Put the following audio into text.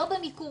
לא במיקור